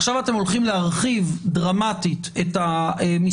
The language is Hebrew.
עכשיו אתם הולכים להרחיב דרמטית את המספרים,